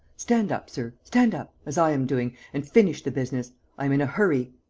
stand up, sir, stand up, as i am doing, and finish the business i am in a hurry.